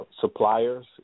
suppliers